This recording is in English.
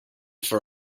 for